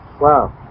Wow